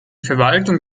verwaltung